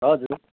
हजुर